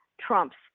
Trump's